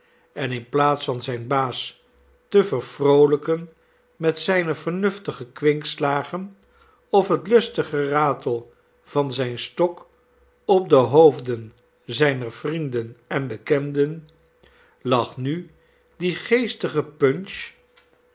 en in plaats van zijn baas te vervroolijken met zijne vernuftige kwinkslagen of het lustig geratel van zijn stok op de hoofden zijner vrienden en bekenden lag nu die geestige punch